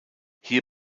hier